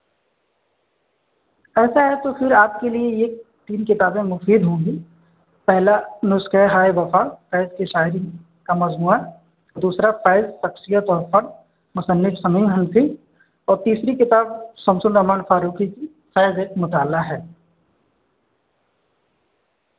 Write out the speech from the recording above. ایسا ہے تو پھر آپ کے لیے یہ تین کتابیں مفید ہوں گی پہلا نسخہ ہائے وفا فیض کی شاعری کا مجموعہ دوسرا فیض شخصیت اور پر مصنف سنی حنفی اور تیسری کتاب شمس الرحمٰن فاروقی کی فیض ایک مطالعہ ہے